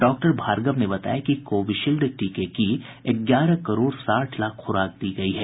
doctor Bhargava ने बताया कि कोविशील्ड टीके की ग्यारह करोड़ साठ लाख खुराक दी गई हैं